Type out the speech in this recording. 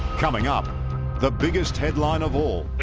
coming up the biggest headline of all